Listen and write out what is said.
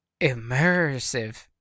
immersive